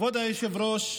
כבוד היושב-ראש,